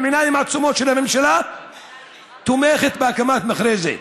עם עיניים עצומות הממשלה תומכת בהקמת מכרה זה.